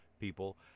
people